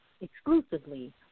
exclusively